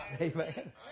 Amen